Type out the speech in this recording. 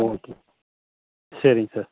okay சரிங் sir